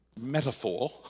metaphor